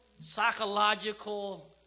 psychological